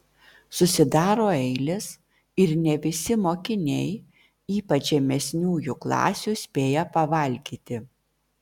susidaro eilės ir ne visi mokiniai ypač žemesniųjų klasių spėja pavalgyti